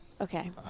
Okay